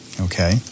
Okay